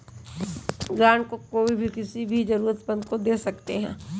grant को कोई भी किसी भी जरूरतमन्द को दे सकता है